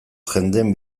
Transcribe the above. jendeen